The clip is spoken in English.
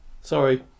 Sorry